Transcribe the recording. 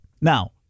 Now